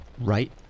right